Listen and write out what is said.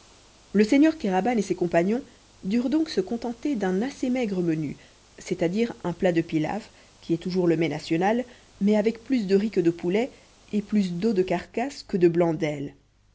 le seigneur kéraban et ses compagnons durent donc se contenter d'un assez maigre menu c'est à dire un plat de pilaw qui est toujours le mets national mais avec plus de riz que de poulet et plus d'os de carcasse que de blancs d'ailes